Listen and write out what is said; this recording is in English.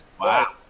Wow